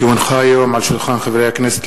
כי הונחה היום על שולחן הכנסת,